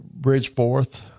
Bridgeforth